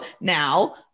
now